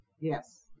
Yes